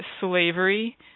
slavery